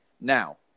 now